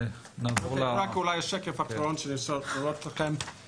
אני רוצה להראות לכם את השקף האחרון.